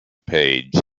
page